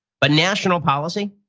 but national policy,